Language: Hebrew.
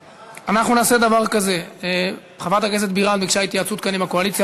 אנחנו נעשה דבר כזה: חברת הכנסת בירן ביקשה התייעצות כאן עם הקואליציה.